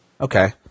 Okay